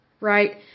right